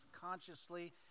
consciously